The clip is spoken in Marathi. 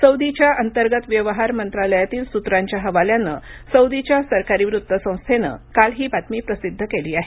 सौदीच्या अंतर्गत व्यवहार मंत्रालयातील सूत्रांच्या हवाल्यानं सौदीच्या सरकारी वृत्तसंस्थेनं ही काल ही बातमी प्रसिद्ध केली आहे